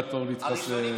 להתחסן.